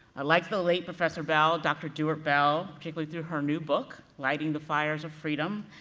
and like the late professor bell, dr. dewart bell, particularly through her new book, lighting the fires of freedom,